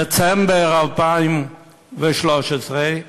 דצמבר 2013,